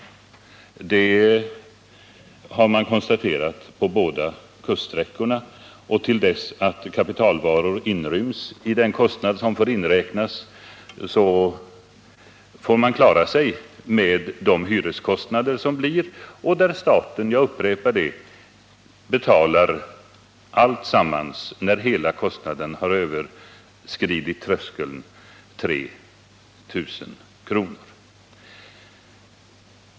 Det har man konstaterat på båda kuststräckorna. Till dess att kapitalvaror inryms i den kostnad som får inräknas får man klara sig med att hyra, och staten — jag upprepar det — betalar alltsammans, när hela kostnaden överskridit tröskeln 3 000 kr.